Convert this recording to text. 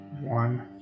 One